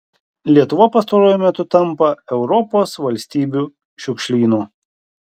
lietuva pastaruoju metu tampa europos valstybių šiukšlynu